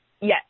yes